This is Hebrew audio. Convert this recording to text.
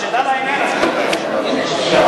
חשיבה לעניין, בבקשה.